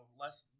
less